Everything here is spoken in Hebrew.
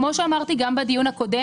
כמו שאמרתי גם בדיון הקודם,